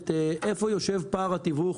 איפה יושב פער התיווך,